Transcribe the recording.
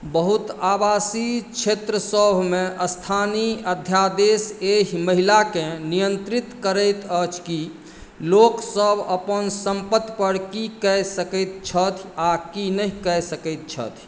बहुत आवासीय क्षेत्रसभमे स्थानीय अध्यादेश एहि मामिलाके नियंत्रित करैत अछि कि लोकसभ अपन सम्पत्ति पर की कऽ सकैत छथि आ की नहि कऽ सकैत छथि